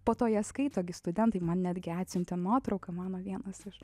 po to jas skaito gi studentai man netgi atsiuntė nuotrauką mano vienas iš